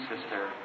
sister